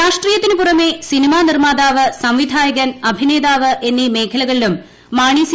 രാഷ്ട്രട്ടീയത്തിന് പുറമെ സിനിമാ നിർമാതാവ് സംവിധായകൻ അഭിനേതാവ് എന്നീ മേഖലകളിലും മാണി സി